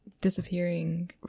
disappearing